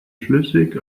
flüssig